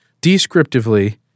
Descriptively